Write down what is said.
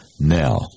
now